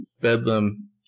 bedlam